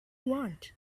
want